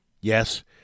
Yes